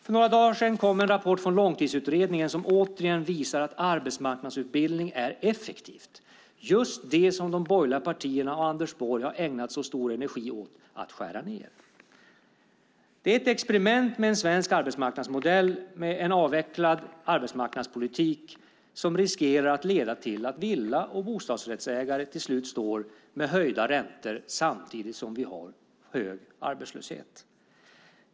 För några dagar sedan kom en rapport från Långtidsutredningen som återigen visar att arbetsmarknadsutbildning är effektivt, alltså just det som de borgerliga partierna och Anders Borg ägnat så stor energi åt att skära ned på. En avvecklad arbetsmarknadspolitik är ett experiment med en svensk arbetsmarknadsmodell som riskerar att leda till att villa och bostadsrättsägare till slut står där med höjda räntor samtidigt som vi har en hög arbetslöshet.